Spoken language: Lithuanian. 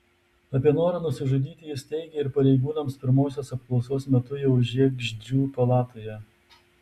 apie norą nusižudyti jis teigė ir pareigūnams pirmosios apklausos metu jau žiegždrių palatoje